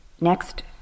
next